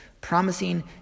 promising